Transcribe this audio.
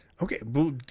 Okay